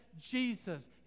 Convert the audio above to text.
Jesus